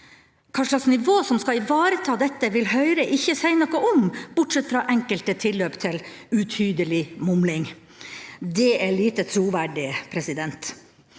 Hva slags nivå som skal ivareta dette, vil Høyre ikke si noe om, bortsett fra enkelte tilløp til utydelig mumling. Det er lite troverdig. Jeg